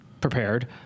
prepared